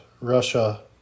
Russia